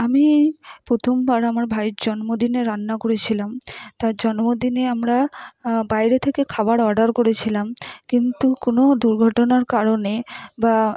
আমি প্রথমবার আমার ভাইয়ের জন্মদিনে রান্না করেছিলাম তার জন্মদিনে আমরা বাইরে থেকে খাবার অর্ডার করেছিলাম কিন্তু কোনো দুর্ঘটনার কারণে বা